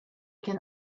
can